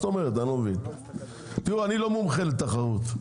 אני לא מומחה לתחרות,